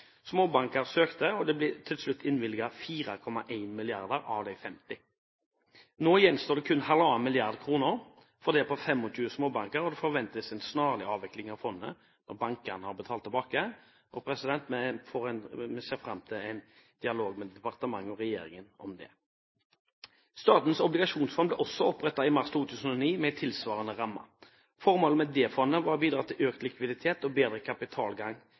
Småbanker søkte, og det ble til slutt innvilget kr 4,1 mrd. kr av de 50 mrd. kr. Nå gjenstår kun 1,5 mrd. kr fordelt på 25 småbanker, og det forventes en snarlig avvikling av fondet når bankene har betalt tilbake. Vi ser fram til en dialog med departementet og regjeringen om det. Statens obligasjonsfond ble også opprettet i mars 2009 med tilsvarende ramme. Formålet med det fondet var å bidra til økt likviditet og bedre